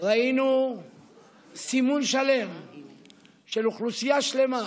ראינו סימון של אוכלוסייה שלמה,